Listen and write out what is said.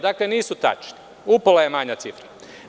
Dakle, ti podaci nisu tačni, upola je manja cifra.